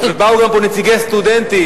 באו לפה גם נציגי סטודנטים,